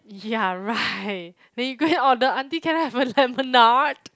ya right when you go and order auntie can I have a lemonade